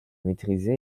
maîtrisé